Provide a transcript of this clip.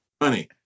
money